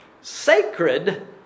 sacred